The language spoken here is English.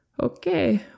okay